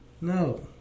No